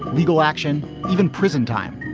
legal action, even prison time.